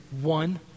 one